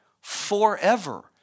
forever